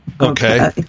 okay